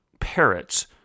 parrots